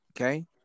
okay